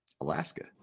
alaska